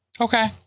Okay